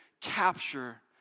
capture